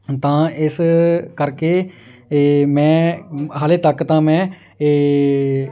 ਤਾਂ ਇਸ ਕਰਕੇ ਏ ਮੈਂ ਹਜੇ ਤੱਕ ਤਾਂ ਮੈਂ ਇਹ